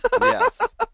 Yes